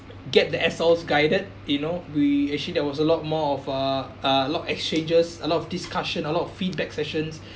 get the assholes guided you know we actually there was a lot more of uh a lot of exchanges a lot of discussion a lot of feedback sessions